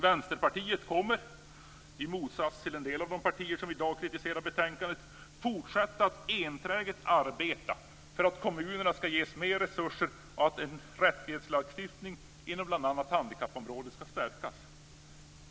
Vänsterpartiet kommer, i motsats till en del av de partier som i dag kritiserar betänkandet, att fortsätta arbeta enträget för att kommunerna ska ges mer resurser och rättighetslagstiftningen på bl.a. handikappområdet stärkas.